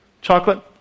Chocolate